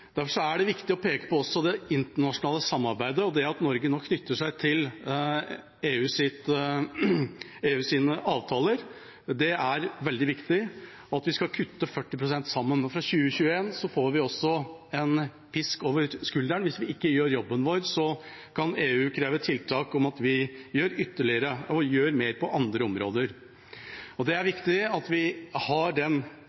Derfor er det viktig å peke på det internasjonale samarbeidet og det at Norge nå knytter seg til EUs avtaler. Det er veldig viktig at vi skal kutte 40 pst. sammen. Fra 2021 får vi også en pisk over skulderen. Hvis vi ikke gjør jobben vår, kan EU kreve at vi gjør ytterligere og mer på andre områder. Det er